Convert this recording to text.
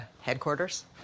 headquarters